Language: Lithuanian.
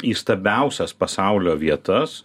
įstabiausias pasaulio vietas